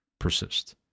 persist